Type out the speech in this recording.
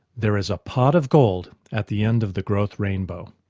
there is a pot of gold at the end of the growth rainbow.